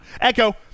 Echo